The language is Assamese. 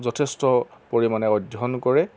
যথেষ্ট পৰিমাণে অধ্যয়ন কৰে